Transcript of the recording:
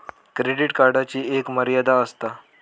credit कार्डची एक मर्यादा आसता